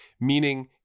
meaning